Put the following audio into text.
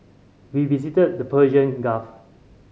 we visited the Persian Gulf